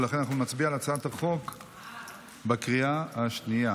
ולכן אנחנו נצביע על הצעת החוק בקריאה השנייה